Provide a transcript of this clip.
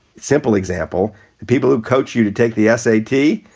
simple example, the people who coach you to take the s a t.